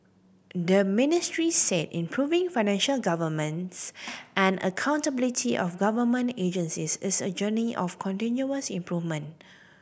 the Ministry said improving financial and accountability of government agencies is a journey of continuous improvement